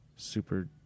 super